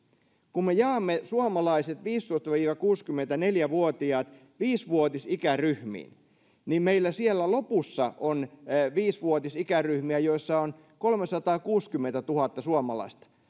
kun me jaamme suomalaiset viisitoista viiva kuusikymmentäneljä vuotiaat viisivuotisikäryhmiin niin meillä siellä lopussa on viisivuotisikäryhmiä joissa on kolmesataakuusikymmentätuhatta suomalaista